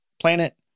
planet